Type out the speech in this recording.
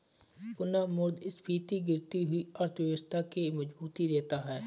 पुनःमुद्रस्फीति गिरती हुई अर्थव्यवस्था के मजबूती देता है